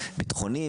ביטחוני,